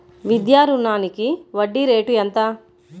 విద్యా రుణానికి వడ్డీ రేటు ఎంత?